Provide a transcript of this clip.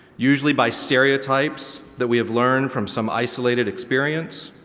usually by stereotypes that we have learned from some isolated experience,